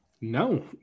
No